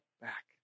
back